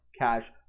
cash